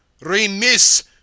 Remiss